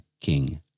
king